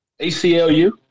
ACLU